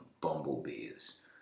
Bumblebees